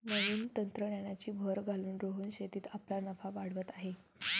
नवीन तंत्रज्ञानाची भर घालून रोहन शेतीत आपला नफा वाढवत आहे